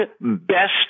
best